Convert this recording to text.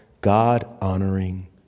God-honoring